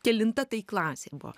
kelinta tai klasė buvo